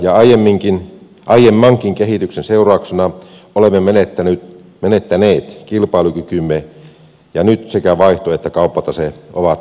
tämän ja aiemmankin kehityksen seurauksena olemme menettäneet kilpailukykymme ja nyt sekä vaihto että kauppatase ovat miinuksella